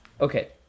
Okay